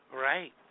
Right